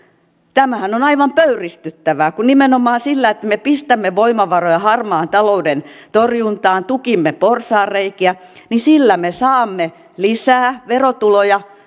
tämähän on aivan pöyristyttävää kun nimenomaan sillä että me pistämme voimavaroja harmaan talouden torjuntaan tukimme porsaanreikiä me saamme lisää verotuloja